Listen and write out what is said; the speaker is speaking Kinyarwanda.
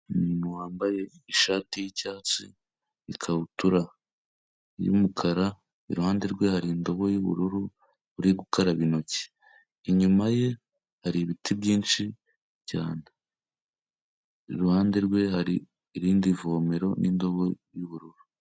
Umuntu wambaye ishati y'icyatsi n'ikabutura y'umukara, iruhande rwe hari indobo y'ubururu uri gukaraba intoki, inyuma ye hari ibiti byinshi cyane, iruhande rwe hari irindi vomero n'indobo y'ubururu.